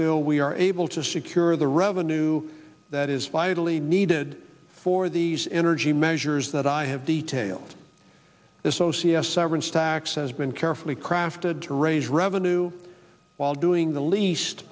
bill we are able to secure the revenue that is vitally needed for these energy measures that i have detailed as so c s severance tax has been carefully crafted to raise revenue while doing the least